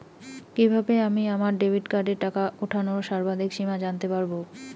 কিভাবে আমি আমার ডেবিট কার্ডের টাকা ওঠানোর সর্বাধিক সীমা জানতে পারব?